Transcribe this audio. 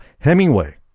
Hemingway